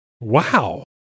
Wow